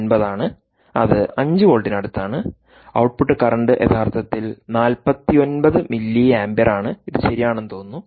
9 ആണ് അത് 5 വോൾട്ടിനടുത്താണ് ഔട്ട്പുട്ട് കറന്റ് യഥാർത്ഥത്തിൽ 49 മില്ലിയാംപിയറാണ് ഇത് ശരിയാണെന്ന് തോന്നുന്നു